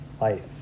life